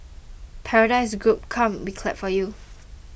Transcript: Paradise Group come we clap for you